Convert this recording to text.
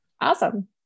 awesome